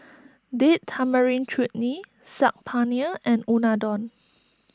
Date Tamarind Chutney Saag Paneer and Unadon